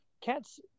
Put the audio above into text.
cats